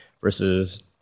versus